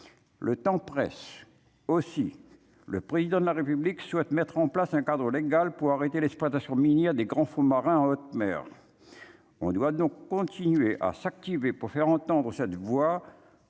le temps presse, aussi, le président de la République souhaite mettre en place un cadre au légale pour arrêter l'exploitation minière des grands fonds marins en haute mer, on doit donc continuer à s'activer pour faire entendre cette voix,